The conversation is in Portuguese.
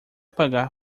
pagar